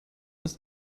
ist